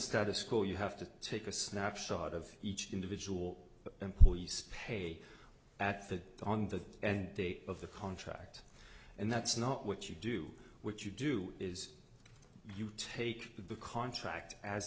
status quo you have to take a snapshot of each individual and pay at the on the end of the contract and that's not what you do what you do is you take the contract as